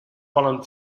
volen